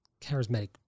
charismatic